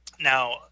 Now